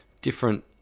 different